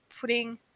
putting